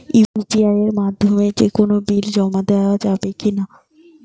UPI এর মাধ্যমে যে কোনো বিল জমা দেওয়া যাবে কি না?